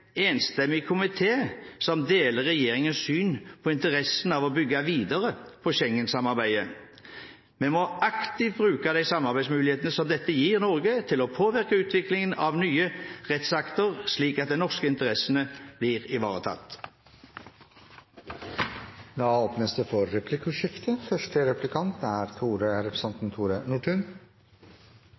enstemmig komité som deler regjeringens syn på interessen av å bygge videre på Schengen-samarbeidet. Vi må aktivt bruke de samarbeidsmulighetene som dette gir Norge til å påvirke utviklingen av nye rettsakter, slik at de norske interessene blir ivaretatt. Det blir replikkordskifte.